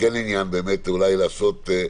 זאת הוראת השעה.